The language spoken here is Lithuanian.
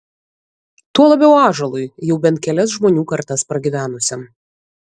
tuo labiau ąžuolui jau bent kelias žmonių kartas pragyvenusiam